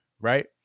Right